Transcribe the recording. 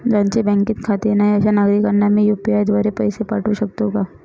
ज्यांचे बँकेत खाते नाही अशा नागरीकांना मी यू.पी.आय द्वारे पैसे पाठवू शकतो का?